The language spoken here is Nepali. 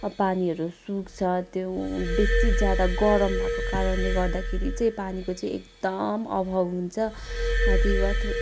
पानीहरू सुक्छ त्यो उ बेसी ज्यादा गरम भएको कारणले गर्दाखेरि चाहिँ पानीको चाहिँ एकदम अभाव हुन्छ